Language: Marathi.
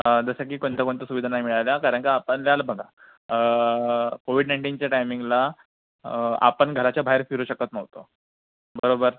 जसं की कोणत्या कोणत्या सुविधा नाही मिळाल्या कारण का आपणल्याल बघा कोविड नाईंटिनच्या टायमिंगला आपण घराच्या बाहेर फिरू शकत नव्हतो बरोबर